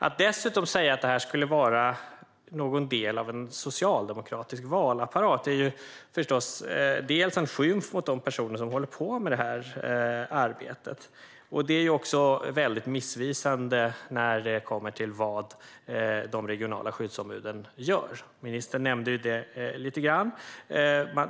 Att dessutom säga att det här skulle vara en del av en socialdemokratisk valapparat är förstås dels en skymf mot de personer som arbetar med detta, dels missvisande när det kommer till vad de regionala skyddsombuden gör, som ministern nämnde lite grann.